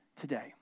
today